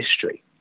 history